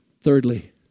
Thirdly